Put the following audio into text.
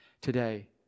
today